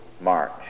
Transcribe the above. march